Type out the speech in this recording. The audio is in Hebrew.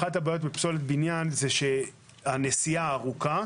אחת הבעיות בפסולת בניין זה שהנסיעה ארוכה,